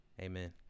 Amen